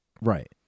Right